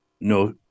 no